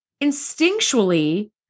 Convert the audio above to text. instinctually